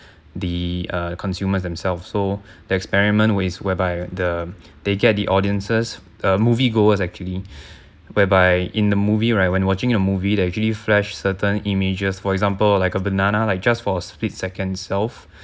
the uh consumers themselves so that experiment is whereby the they get the audiences uh moviegoers actually whereby in the movie right when watching a movie they actually flash certain images for example like a banana like just for a split second itself